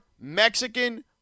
Mexican